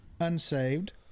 unsaved